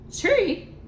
tree